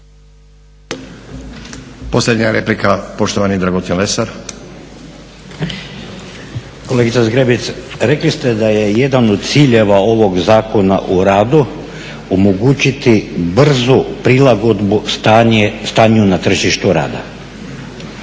laburisti - Stranka rada)** Kolegice Zgrebec, rekli ste da je jedan od ciljeva ovog Zakona o radu omogućiti brzu prilagodbu stanju na tržištu rada.